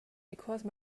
because